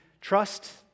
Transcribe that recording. trust